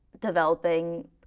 developing